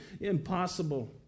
impossible